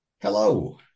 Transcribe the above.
Hello